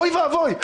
אוי ואבוי.